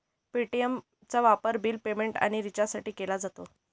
पे.टी.एमचा वापर bill payment आणि रिचार्जसाठी केला जातो